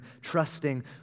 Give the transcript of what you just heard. trusting